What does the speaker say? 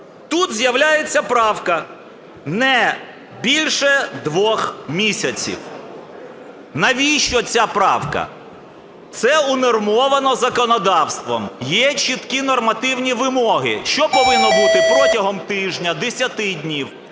Тут з'являється правка: не більше двох місяців. Навіщо ця правка? Це унормовано законодавством, є чіткі нормативні вимоги що повинно бути протягом тижня, 10 днів.